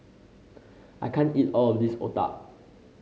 I can't eat all of this otah